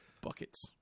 buckets